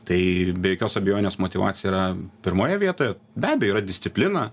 tai be jokios abejonės motyvacija yra pirmoje vietoje be abejo yra disciplina